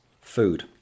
food